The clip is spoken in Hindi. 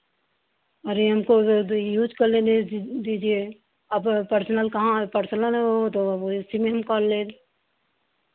अरे हमको यूज़ कर लेने दी दीजिए अब पर्सनल कहाँ है पर्सनल तो